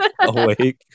awake